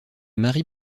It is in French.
marie